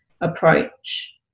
approach